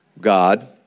God